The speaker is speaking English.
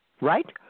Right